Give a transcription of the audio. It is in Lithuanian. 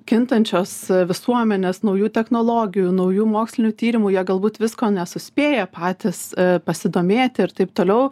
kintančios visuomenės naujų technologijų naujų mokslinių tyrimų jie galbūt visko nesuspėja patys pasidomėti ir taip toliau